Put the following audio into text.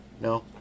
No